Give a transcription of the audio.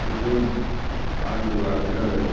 बेबो बान्दोबासो नांगोन